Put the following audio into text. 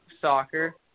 soccer